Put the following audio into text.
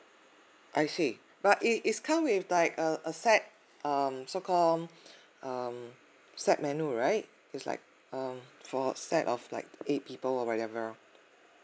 I see but it is come with like a a set um so called um set menu right it's like um for set of like eight people or whatever